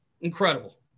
Incredible